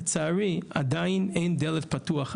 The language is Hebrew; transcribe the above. לצערי עדיין אין דלת פתוחה.